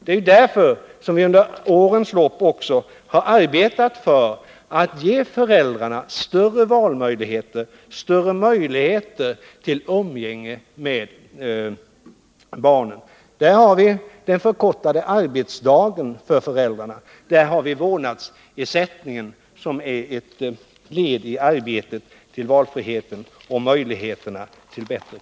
Det är därför som vi under årens lopp har arbetat för att ge föräldrar större valmöjligheter, ökade tillfällen till umgänge med barnen. Den förkortade arbetsdagen för föräldrar och vårdnadsersättningen är led i det arbetet.